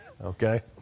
Okay